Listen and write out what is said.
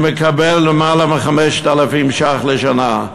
שמקבל למעלה מ-5,000 ש"ח לשנה.